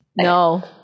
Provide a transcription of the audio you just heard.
No